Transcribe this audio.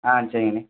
ஆ சரிங்கணே